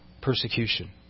persecution